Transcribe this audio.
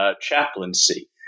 chaplaincy